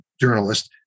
journalist